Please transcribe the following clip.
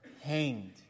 hanged